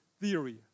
theory